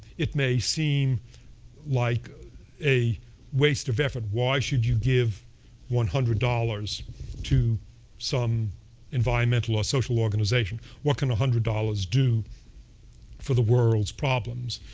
it may seem like a waste of effort. why should you give one hundred dollars to some environmental or social organization? what can one hundred dollars do for the world's problems?